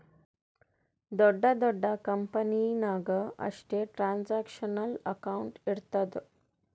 ದೊಡ್ಡ ದೊಡ್ಡ ಕಂಪನಿ ನಾಗ್ ಅಷ್ಟೇ ಟ್ರಾನ್ಸ್ಅಕ್ಷನಲ್ ಅಕೌಂಟ್ ಇರ್ತುದ್